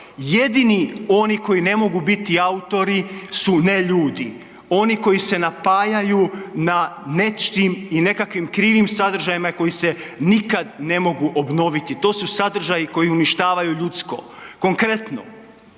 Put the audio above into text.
Jedini oni koji ne mogu biti autori su neljudi, oni koji se napajaju na nečim i nekakvim krivim sadržajima koji se nikad ne mogu obnoviti. To su sadržaji koji uništavaju ljudsko. Konkretno,